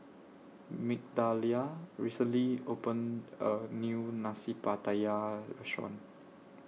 Migdalia recently opened A New Nasi Pattaya Restaurant